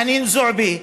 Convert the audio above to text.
חנין זועבי,